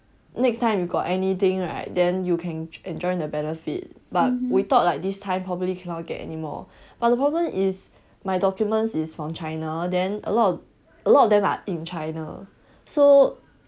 next time you got anything right then you can enjoy the benefit but we thought like this time probably cannot get anymore but the problem is my documents is from china then a lot a lot of them are in china so